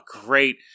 great